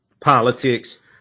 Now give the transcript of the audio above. politics